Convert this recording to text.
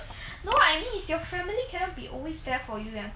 no I mean is your family cannot be always there for you you understand